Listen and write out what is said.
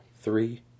three